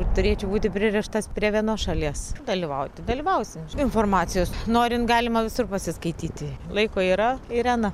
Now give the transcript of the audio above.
turėčiau būti pririštas prie vienos šalies dalyvauti dalyvausim informacijos norint galima visur pasiskaityti laiko yra irena